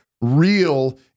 real